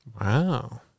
Wow